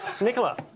Nicola